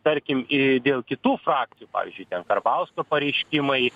tarkim į dėl kitų frakcijų pavyzdžiui ten karbauskio pareiškimai